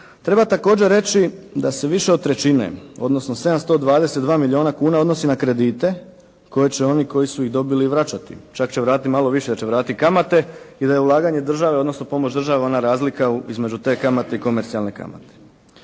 Treba također reći da se više od trećine, odnosno 722 milijuna kuna odnosi na kredite koje će oni koji su ih dobili vraćati. Čak će vratiti malo više, jer će vratiti kamate i da je ulaganje države, odnosno pomoć države ona razlika između te kamate i komercijalne kamate.